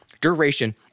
duration